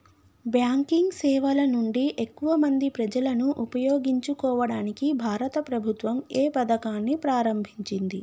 Banking సేవల నుండి ఎక్కువ మంది ప్రజలను ఉపయోగించుకోవడానికి భారత ప్రభుత్వం ఏ పథకాన్ని ప్రారంభించింది?